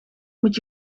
moet